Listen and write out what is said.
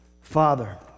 Father